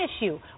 issue